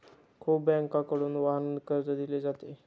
खूप बँकांकडून वाहन कर्ज दिले जाते